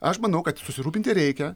aš manau kad susirūpinti reikia